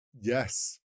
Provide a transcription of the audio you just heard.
Yes